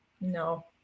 No